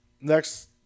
Next